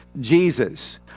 Jesus